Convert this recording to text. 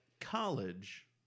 college